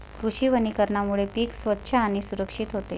कृषी वनीकरणामुळे पीक स्वच्छ आणि सुरक्षित होते